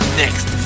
next